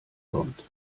kommt